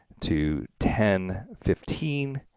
to ten fifteen